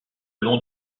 long